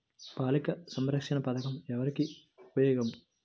బాలిక సంరక్షణ పథకం ఎవరికి ఉపయోగము?